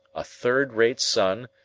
a third-rate sun,